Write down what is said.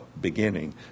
beginning